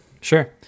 Sure